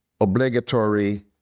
obligatory